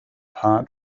heart